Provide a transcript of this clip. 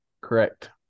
Correct